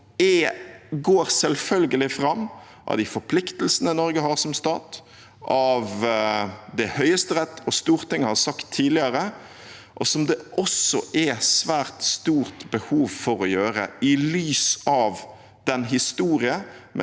som selvfølgelig går fram av de forpliktelsene Norge har som stat, av det Høyesterett og Stortinget har sagt tidligere, og som det også er svært stort behov for å gjøre, i lys av historien